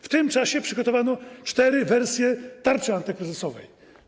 W tym czasie przygotowano cztery wersje tarczy antykryzysowej.